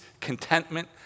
contentment